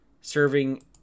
serving